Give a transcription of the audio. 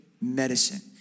medicine